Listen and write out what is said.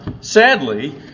sadly